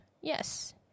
Yes